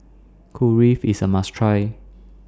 Kulfi IS A must Try